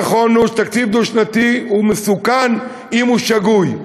נכון, תקציב דו-שנתי הוא מסוכן אם הוא שגוי,